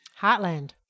Heartland